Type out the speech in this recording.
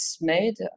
made